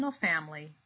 family